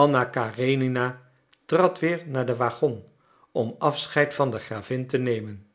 anna karenina trad weer naar den waggon om afscheid van de gravin te nemen